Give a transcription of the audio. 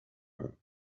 her